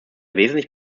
wesentlich